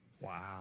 wow